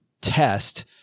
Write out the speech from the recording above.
test